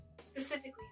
specifically